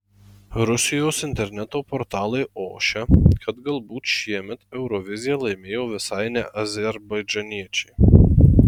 rusijos interneto portalai ošia kad galbūt šiemet euroviziją laimėjo visai ne azerbaidžaniečiai